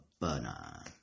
burner